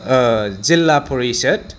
जिल्ला परिसत